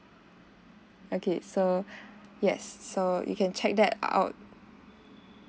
okay so yes so you can check that out